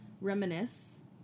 reminisce